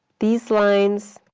these lines